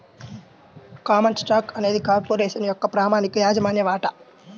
common stock అనేది corporation యొక్క ప్రామాణిక యాజమాన్య వాటా